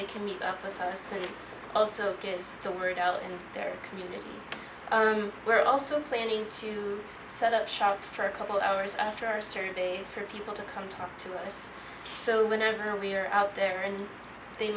they can meet up with us and also get the word out in their community we're also planning to set up shop for a couple hours after our surveys for people to come talk to us so whenever we're out there and they